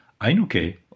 Ainuke